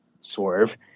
Swerve